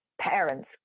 parents